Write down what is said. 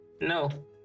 No